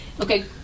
Okay